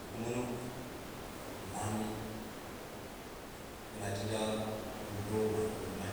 Ɗuko mono ma maami, wo na jinda, wul howo mɨ ana wulmai